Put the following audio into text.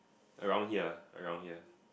around here around here